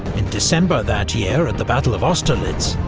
in december that year, at the battle of austerlitz,